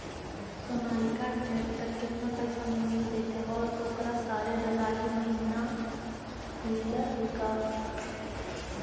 Sonalika tractor केतना पैसा में मिल जइतै और ओकरा सारे डलाहि महिना मिलअ है का?